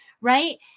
right